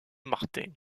martin